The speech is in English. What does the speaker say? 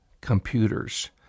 computers